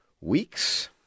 weeks